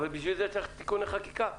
אבל בשביל זה צריך תיקוני חקיקה.